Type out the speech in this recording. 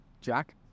Jack